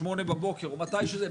שמונה בבוקר או מתי שזה,